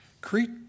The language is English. Crete